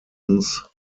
mind